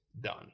done